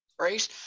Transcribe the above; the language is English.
right